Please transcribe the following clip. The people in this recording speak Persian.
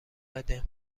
بده